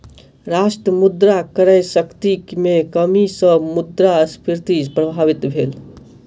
राष्ट्र मुद्रा क्रय शक्ति में कमी सॅ मुद्रास्फीति प्रभावित भेल